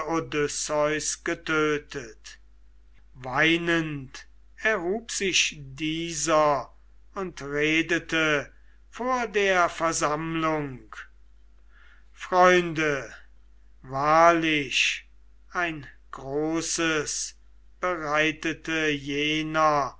weinend erhub sich dieser und redete vor der versammlung freunde wahrlich ein großes bereitete jener